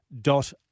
dot